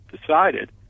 decided